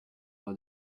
aura